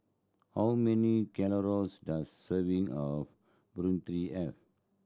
how many calories does serving of Burrito have